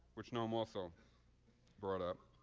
which noam also brought up.